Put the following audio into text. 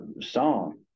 song